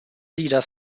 leader